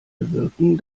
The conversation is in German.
bewirken